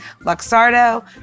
Luxardo